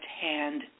hand